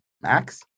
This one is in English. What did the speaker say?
Max